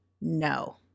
no